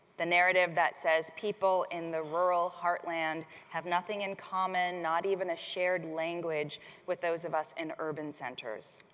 the narrative that says people in the rural heartland have nothing in common, not even a shared language with those of us in urban centers.